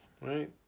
right